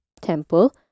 temple